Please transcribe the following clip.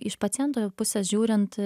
iš paciento pusės žiūrint